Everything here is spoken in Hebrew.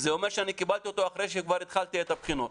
זה אומר שאני קיבלתי אותו אחרי שכבר התחלתי את הבחינות.